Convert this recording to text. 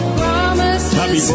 promises